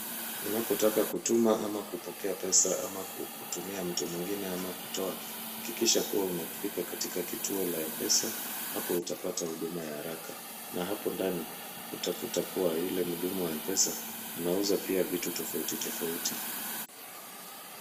Unapotaka kutuma ama kupokea pesa ama kutumia mtu mwingine ama kutoa, hakikisha kuwa umefika katika kituo la M-Pesa, hapo utapata huduma ya haraka na hapo ndani utakuta kuwa yule mhudumu wa M-Pesa anauza pia vitu tofauti tofauti.